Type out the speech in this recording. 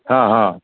हँ हँ